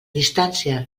distància